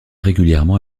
régulièrement